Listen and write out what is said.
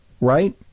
right